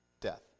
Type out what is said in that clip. death